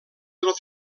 del